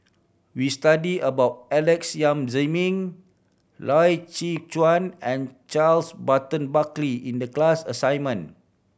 we studied about Alex Yam Ziming Loy Chye Chuan and Charles Burton Buckley in the class assignment